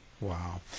Wow